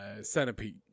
Centipede